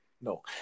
No